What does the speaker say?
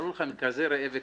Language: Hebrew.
אמרו לכם: כזה ראה וקדש.